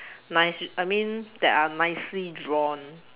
nice I mean that are nicely drawn